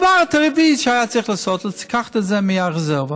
הדבר הטבעי שהיה צריך לעשות זה לקחת את זה מהרזרבה,